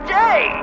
day